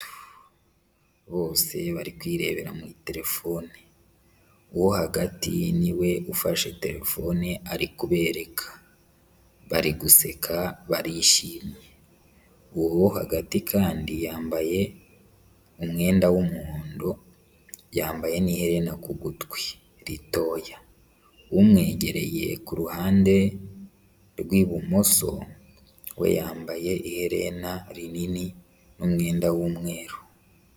Bose bari kwirebera muri telefone. Uwo hagati ni we ufashe telefone ari kubereka. Bari guseka barishimye.wo hagati kandi yambaye umwenda w'umuhondo, yambaye n'iherena ku gutwi ritoya. Umwegereye ku ruhande rw'ibumoso we yambaye iherena rinini n'umwenda w'umweru.